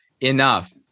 enough